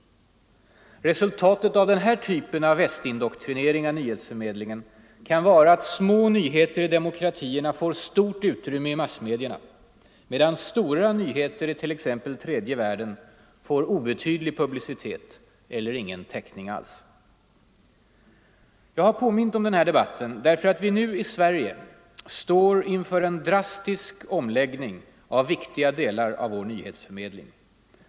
Resultatet av denna typ av ”västindoktrinering” av nyhetsförmedlingen kan vara att små nyheter i demokratierna får stort utrymme i massmedierna, medan stora nyheter i t.ex. tredje världen får obetydlig publicitet eller ingen täckning alls. Jag har påmint om den här debatten därför att vi i Sverige står inför en drastisk omläggning av viktiga delar av vår nyhetsförmedling.